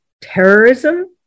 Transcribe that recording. terrorism